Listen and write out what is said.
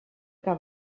que